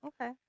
okay